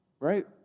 right